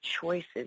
choices